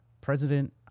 president